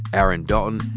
aaron dalton,